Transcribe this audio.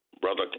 brother